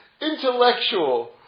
intellectual